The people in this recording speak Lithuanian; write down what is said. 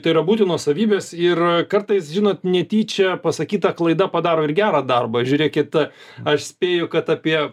tai yra būtinos savybės ir kartais žinot netyčia pasakyta klaida padaro ir gerą darbą žiūrėkit aš spėju kad apie